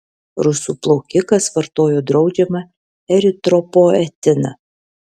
rusų plaukikas vartojo draudžiamą eritropoetiną